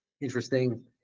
interesting